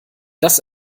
das